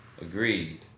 Agreed